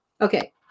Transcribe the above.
okay